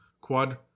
Quad